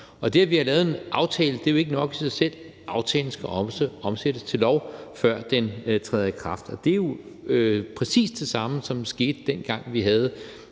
og det, at vi har lavet en aftale, er jo ikke i sig selv nok, for aftalen skal også omsættes til lov, før den træder i kraft. Og det var jo præcis det samme, som skete, dengang vi havde